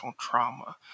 trauma